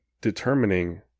determining